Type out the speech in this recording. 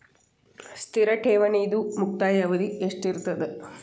ಸ್ಥಿರ ಠೇವಣಿದು ಮುಕ್ತಾಯ ಅವಧಿ ಎಷ್ಟಿರತದ?